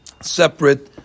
separate